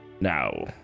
now